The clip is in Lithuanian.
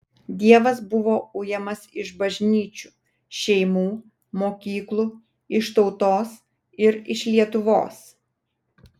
dievas buvo ujamas iš bažnyčių šeimų mokyklų iš tautos ir iš lietuvos